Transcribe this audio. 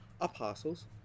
apostles